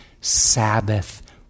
Sabbath